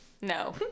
No